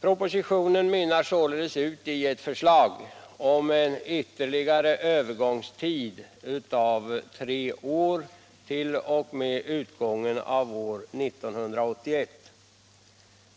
Propositionen mynnar således ut i ett förslag om en ytterligare övergångstid på tre år t.o.m. utgången av år 1981.